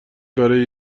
برای